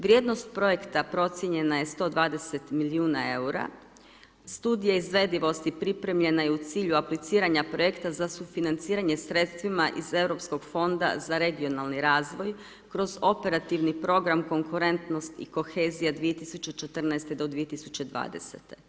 Vrijednost projekta procijenjena je 120 milijuna eura, studije izvedivosti, pripremljena je u cilju apliciranja projekta za sufinanciranje sredstvima iz europskog fonda za regionalni razvoj, kroz operativni program konkurentnosti i kohezija 2014.-2020.